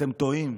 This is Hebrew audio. אתם טועים.